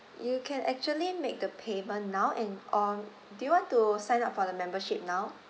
you can actually make the payment now and on do you want to sign up for the membership now